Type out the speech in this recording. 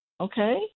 okay